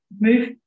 move